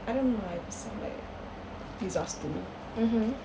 I don't know lah it was some like disaster